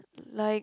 like